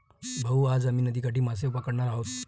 भाऊ, आज आम्ही नदीकाठी मासे पकडणार आहोत